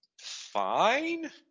fine